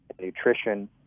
nutrition